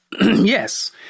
yes